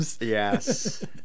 Yes